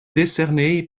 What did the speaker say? décernée